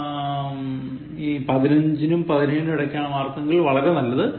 15 നും 17നും ഇടക്കാണ് മാർക്കെങ്ങിൽ വളരെ നല്ലത്